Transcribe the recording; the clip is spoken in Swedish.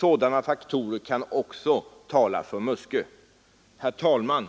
men de kan också tala för Muskö. Herr talman!